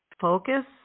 focus